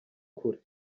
kure